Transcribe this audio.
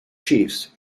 chiefs